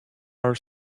our